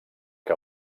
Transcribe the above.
que